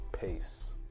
Peace